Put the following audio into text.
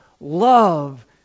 love